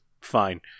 fine